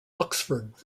oxford